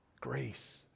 Grace